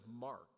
Mark